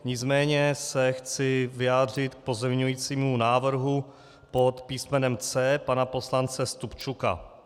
Nicméně se chci vyjádřit k pozměňujícímu návrhu pod písmenem C pana poslance Stupčuka.